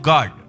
God